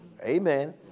Amen